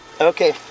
Okay